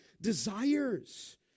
desires